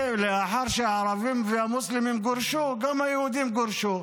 לאחר שהערבים והמוסלמים גורשו, גם היהודים גורשו.